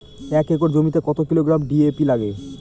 এক একর জমিতে কত কিলোগ্রাম ডি.এ.পি লাগে?